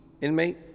inmate